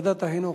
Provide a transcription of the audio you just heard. ועדת החינוך.